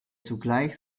zugleich